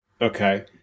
Okay